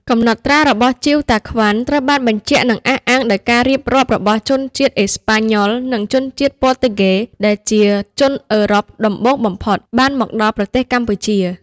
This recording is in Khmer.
កំណត់ត្រារបស់ ជៀវតាក្វាន់ ត្រូវបានបញ្ជាក់ និងអះអាងដោយការរៀបរាប់ របស់ជនជាតិ អេស្ប៉ាញ៉ុល និងជនជាតិ ព័រទុយហ្គេ ដែលជាជនអឺរ៉ុបដំបូងបំផុត បានមកដល់ប្រទេសកម្ពុជា ។